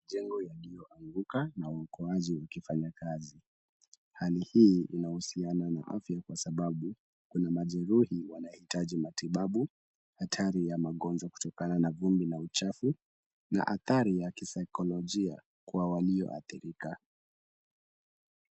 Jengo lililoanguka na uokoaji ukifanya kazi. Hali hii inahusiana na afya kwa sababu kuna majeruhi wanaohitaji matibabu hatari ya magonjwa kutokana na vumbi na uchafu na athari ya kisaikolojia kwa walioathirika.